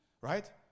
right